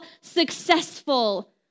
successful